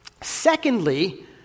secondly